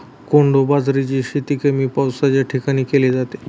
कोडो बाजरीची शेती कमी पावसाच्या ठिकाणी केली जाते